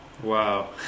Wow